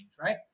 right